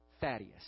Thaddeus